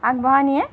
আগবঢ়াই নিয়ে